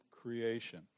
creation